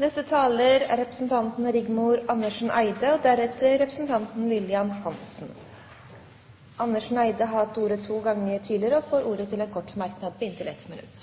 Rigmor Andersen Eide har hatt ordet to ganger tidligere og får ordet til en kort merknad på inntil 1 minutt.